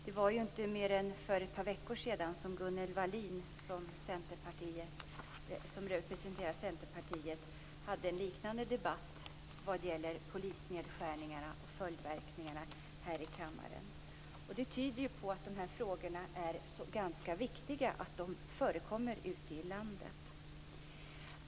Det var ju inte för mer än ett par veckor sedan som Gunnel Wallin, som representerar Centerpartiet, hade en liknande debatt här i kammaren vad gäller polisnedskärningarna och följdverkningarna. Det tyder på att de här frågorna är ganska viktiga och att de förekommer ute i landet.